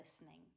listening